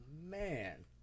man